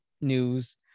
news